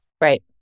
Right